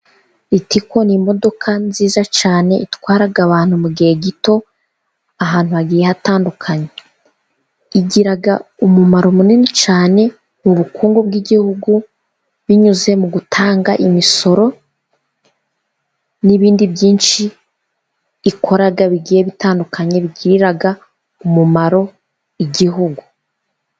Ritiko ni imodoka nziza cyane itwara abantu mu gihe gito, ahantu hagiye hatandukanye. Igira umumaro munini cyane mu bukungu bw'igihugu, binyuze mu gutanga imisoro, n'ibindi byinshi ikora bigiye bitandukanye, bigirira umumaro igihugu.